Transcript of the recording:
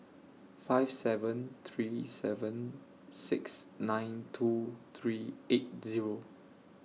five seven three seven six nine two three eight Zero